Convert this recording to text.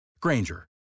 Granger